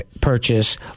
purchase